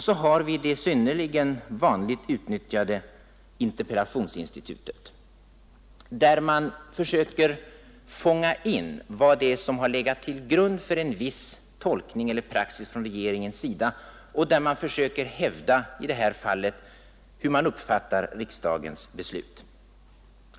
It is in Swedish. Så har vi det mycket ofta utnyttjade interpellationsinstitutet, där man försöker fånga in vad som har legat till grund för en viss tolkning eller praxis från regeringens sida, och där man försöker hävda — som i det här fallet — hur man uppfattar riksdagens beslut.